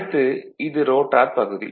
அடுத்து இது ரோட்டார் பகுதி